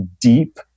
deep